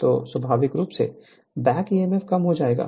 तो स्वाभाविक रूप से बैक ईएमएफ कम हो जाएगा